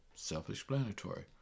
Self-explanatory